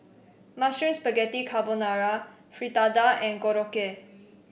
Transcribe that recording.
Mushroom Spaghetti Carbonara Fritada and Korokke